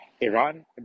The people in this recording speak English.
Iran